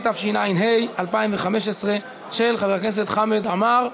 התשע"ה 2015, של חבר הכנסת חמד עמאר.